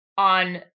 on